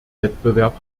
wettbewerb